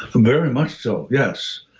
very much so, yes.